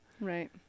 Right